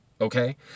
Okay